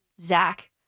Zach